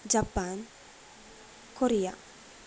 Japan Korea